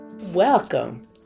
Welcome